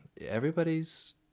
everybody's